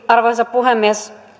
arvoisa puhemies